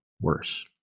worse